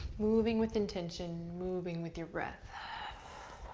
moving with intention, moving with your breath.